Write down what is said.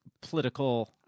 political